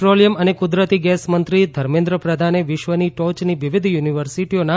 petroleum અને કુદરતી gas મંત્રી ધર્મેન્દ્ર પ્રધાને વિશ્વની ટોચની વિવિધ યુનિવર્સીટીઓના